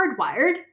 hardwired